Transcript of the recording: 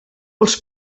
els